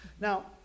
Now